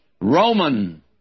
Roman